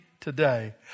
today